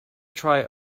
try